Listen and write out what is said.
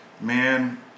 man